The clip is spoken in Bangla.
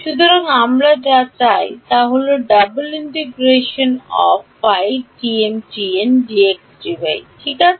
সুতরাং আমরা যা চাই তা হল ঠিক আছে